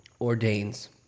ordains